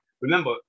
remember